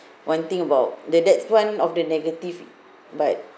one thing about the that's one of the negative but